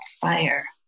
fire